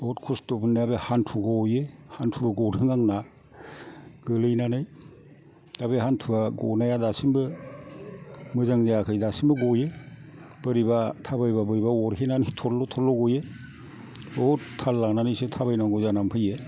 बहुद खस्थ' मोन्नाया बे हान्थु गयो हान्थुबो गदों आंना गोलैनानै दा बे हान्थुआ गनाया दासिमबो मोजां जायाखै दासिमबो गयो बोरैबा थाबायबा बोरैबा अरहेनानै थलल' थलल' गयो बुहुद थाल लानानैसो थाबायनांगौ जाना फैयो